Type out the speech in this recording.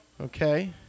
okay